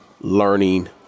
learning